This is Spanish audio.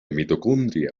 mitocondria